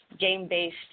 game-based